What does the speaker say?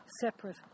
separate